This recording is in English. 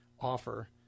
offer